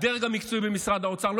הדרג המקצועי במשרד האוצר.